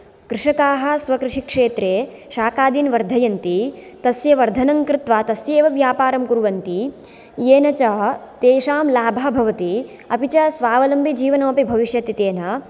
कृषकाः स्वकृषिक्षेत्रे शाकादीन् वर्धयन्ति तस्य वर्धनं कृत्वा तस्येव व्यापारं कुर्वन्ति येन च तेषां लाभः भवति अपि च स्वावलम्बिजीवनोपि भविष्यति तेन